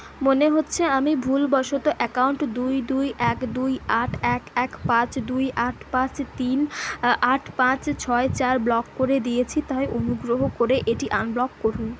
মনে হচ্ছে আমি ভুলবশত অ্যাকাউন্ট দুই দুই এক দুই আট এক এক পাঁচ দুই আট পাঁচ তিন আট পাঁচ ছয় চার ব্লক করে দিয়েছি তাই অনুগ্রহ করে এটি আনব্লক করুন